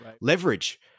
leverage